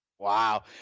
Wow